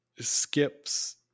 skips